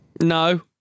No